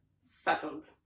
settled